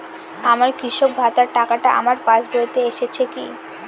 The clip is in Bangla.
আমার কৃষক ভাতার টাকাটা আমার পাসবইতে এসেছে কি?